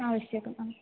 आवश्यकम् आम्